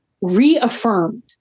reaffirmed